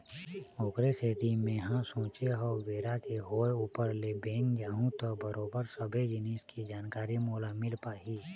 ओखरे सेती मेंहा सोचे हव बेरा के होय ऊपर ले बेंक जाहूँ त बरोबर सबे जिनिस के जानकारी मोला मिल पाही